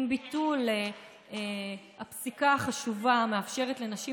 עם ביטול הפסיקה החשובה המאפשרת לנשים